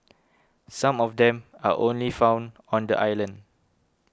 some of them are only found on the island